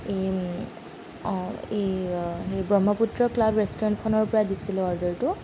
এই ব্ৰহ্মাপুত্ৰ ক্লাউদ ৰেষ্টুৰেণ্টখনৰ পৰা দিছিলোঁ অৰ্ডাৰটো